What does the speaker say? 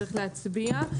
צריך להצביע.